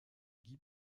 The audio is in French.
guy